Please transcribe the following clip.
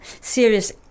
serious